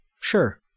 Sure